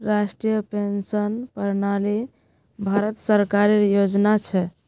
राष्ट्रीय पेंशन प्रणाली भारत सरकारेर योजना छ